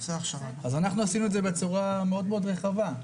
אז אנחנו עשינו את זה בצורה מאוד מאוד רחבה,